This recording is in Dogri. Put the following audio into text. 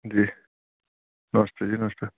जी नमस्ते जी नमस्ते